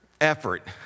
effort